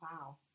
Wow